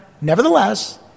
Nevertheless